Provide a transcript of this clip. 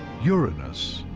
uranus